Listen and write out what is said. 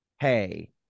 Hey